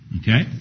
okay